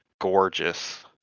gorgeous